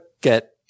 get